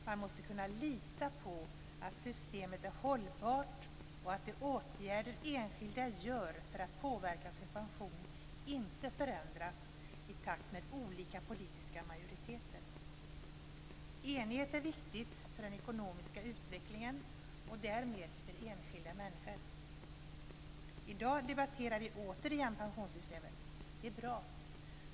Man måste kunna lita på att systemet är hållbart och att de åtgärder enskilda vidtar för att påverka sin pension inte förändras i takt med olika politiska majoriteter. Enigheten är viktig för den ekonomiska utvecklingen och därmed för enskilda människor. I dag debatterar vi återigen pensionssystemet. Det är bra.